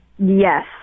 Yes